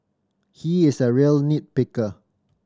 he is a real nit picker